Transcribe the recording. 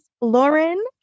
Lauren